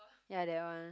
ya that one